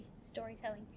storytelling